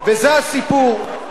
זה הסיפור.